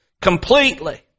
completely